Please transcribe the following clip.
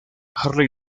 harley